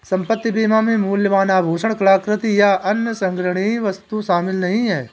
संपत्ति बीमा में मूल्यवान आभूषण, कलाकृति, या अन्य संग्रहणीय वस्तुएं शामिल नहीं हैं